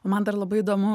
o man dar labai įdomu